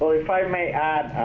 if i may add,